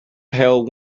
pail